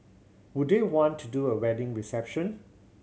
would they want to do a wedding reception